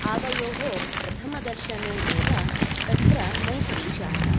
आवयोः प्रथमदर्शने एव तत्र मैत्री जाता